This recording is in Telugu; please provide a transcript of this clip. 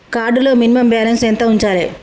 కార్డ్ లో మినిమమ్ బ్యాలెన్స్ ఎంత ఉంచాలే?